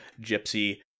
Gypsy